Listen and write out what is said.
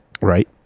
Right